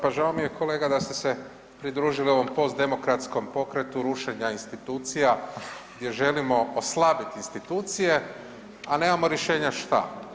Pa žao mi je kolega da ste se pridružili ovom post demokratskom pokretu rušenja institucija, gdje želimo oslabiti institucije a nemamo rješenja šta.